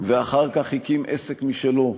ואחר כך הקים עסק משלו,